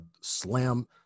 slam